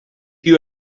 you